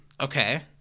Okay